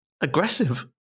Aggressive